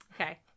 Okay